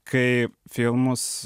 kai filmus